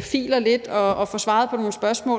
filer lidt og får svaret på nogle spørgsmål